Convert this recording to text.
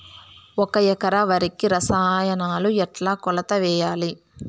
ఒక ఎకరా వరికి రసాయనాలు ఎట్లా కొలత వేయాలి?